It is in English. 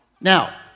Now